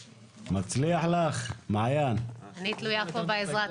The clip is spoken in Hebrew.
מאגף התקציבים ואני אציג בקווים כלליים את הרפורמה